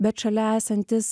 bet šalia esantis